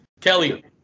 Kelly